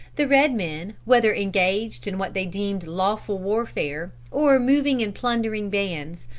the red men, whether engaged in what they deemed lawful warfare, or moving in plundering bands,